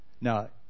Now